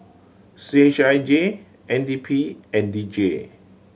C H I J N D P and D J